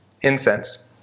incense